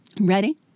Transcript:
Ready